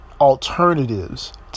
alternatives